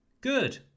good